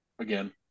Again